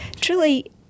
truly